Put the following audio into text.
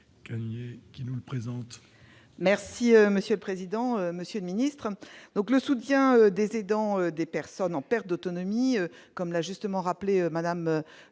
madame qui nous le présente. Merci monsieur le président, Monsieur le ministre, donc le soutien des aidants, des personnes en perte d'autonomie, comme l'a justement rappelé Madame le